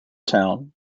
town